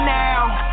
now